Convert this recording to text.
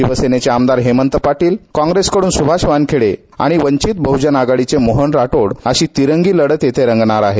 शिवसेनेचे आमदार हेमंत पाटील काँप्रेसकडून सुभाष वानखेडे आणि वंचित बह्जन आघाडीचे मोहन राठोड अशी तिरंगी लढत रंगणार आहे